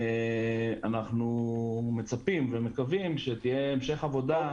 אנחנו מצפים ומקווים שיהיה המשך עבודה בתיקון החוק.